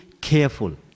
careful